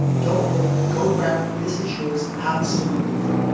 don't wait, go grab it. this is yours absolutely free.